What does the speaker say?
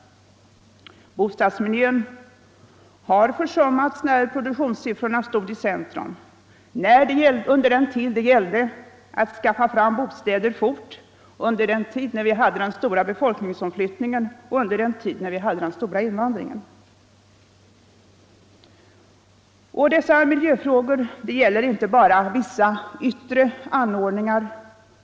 Bostadsmiljön har försummats när produktionssiffrorna stod i centrum, under den tid det gällde att skaffa fram bostäder fort, under den tid när vi hade den stora befolkningsomflyttningen och under den tid när vi hade den stora invandringen. Dessa miljöfrågor gäller inte bara vissa yttre anordningar.